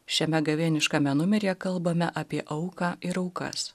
šiame gavėniškame numeryje kalbame apie auką ir aukas